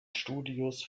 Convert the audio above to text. studios